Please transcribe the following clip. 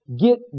Get